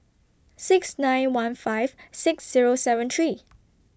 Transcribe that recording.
six nine one five six Zero seven three